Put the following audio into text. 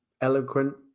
eloquent